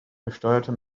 gesteuerte